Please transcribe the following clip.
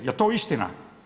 Jel to istina?